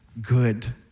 good